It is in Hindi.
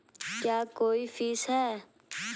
क्या कोई फीस है?